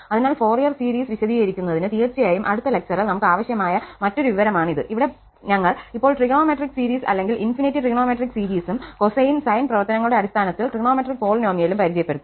അതിനാൽ Fourier series വിശദീകരിക്കുന്നതിന് തീർച്ചയായും അടുത്ത ലെക്ചറിൽ നമുക് ആവശ്യമായ മറ്റൊരു വിവരമാണിത്ഇവിടെ ഞങ്ങൾ ഇപ്പോൾ ട്രിഗണോമെട്രിക് സീരീസ് അല്ലെങ്കിൽ ഇൻഫിനിറ്റ് ട്രിഗണോമെട്രിക് സീരീസും കോസൈൻ സൈൻ പ്രവർത്തനങ്ങളുടെ അടിസ്ഥാനത്തിൽ ട്രിഗണോമെട്രിക് പോളിനോമിയലും പരിചയപ്പെടുത്തി